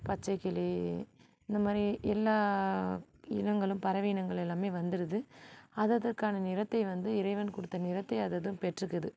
பச்சை கிளி இந்த மாதிரி எல்லா இனங்களும் பறவை இனங்களும் எல்லாமே வந்துருது அததுக்கான நிறத்தை வந்து இறைவன் கொடுத்த நிறத்தை அததும் பெற்றுருக்குது